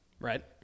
right